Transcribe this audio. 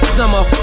Summer